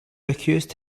accused